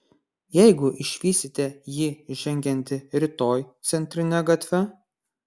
jeigu išvysite jį žengiantį rytoj centrine gatve